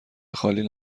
خالی